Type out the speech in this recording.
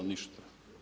Ništa.